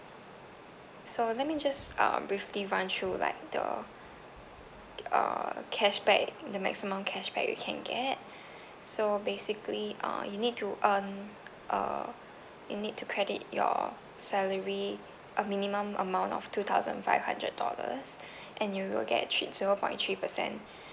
so let me just um briefly with run through like the uh cashback the maximum cashback you can get so basically uh you need to earn uh you need to credit your salary a minimum amount of two thousand five hundred dollars and you'll get three zero point three percent